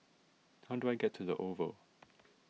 how do I get to the Oval